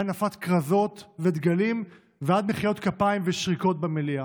מהנפת כרזות ודגלים ועד מחיאות כפיים ושריקות במליאה.